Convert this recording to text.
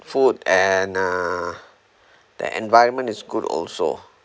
food and uh the environment is good also